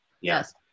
yes